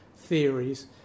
theories